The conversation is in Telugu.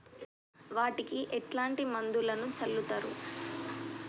వాటికి ఎట్లాంటి మందులను చల్లుతరు?